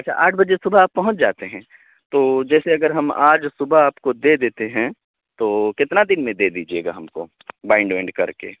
اچھا آٹھ بجے صبح آپ پہنچ جاتے ہیں تو جیسے اگر ہم آج صبح آپ کو دے دیتے ہیں تو کتنا دن میں دے دیجیے گا ہم کو بائنڈ وائنڈ کر کے